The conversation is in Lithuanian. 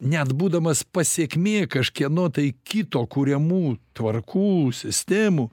net būdamas pasekmė kažkieno tai kito kuriamų tvarkų sistemų